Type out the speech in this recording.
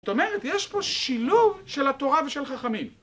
זאת אומרת, יש פה שילוב של התורה ושל חכמים.